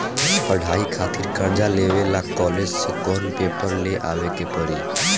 पढ़ाई खातिर कर्जा लेवे ला कॉलेज से कौन पेपर ले आवे के पड़ी?